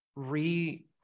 re